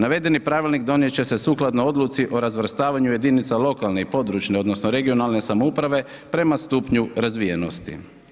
Navedeni pravilnik donijet će se sukladno odluci o razvrstavanju jedinica lokalne i područne odnosno regionalne samouprave prema stupnju razvijenosti.